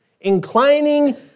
inclining